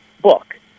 book